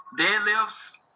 deadlifts